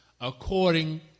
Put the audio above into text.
according